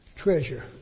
Treasure